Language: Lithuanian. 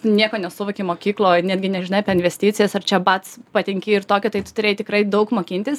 nes nieko nesuvoki mokykloj netgi nežinai apie investicijas ar čia bac patenki ir tokio tai tu turėjai tikrai daug mokintis